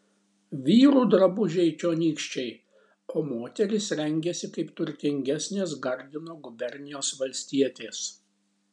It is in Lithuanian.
vyrų drabužiai čionykščiai o moterys rengiasi kaip turtingesnės gardino gubernijos valstietės